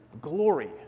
glory